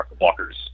walkers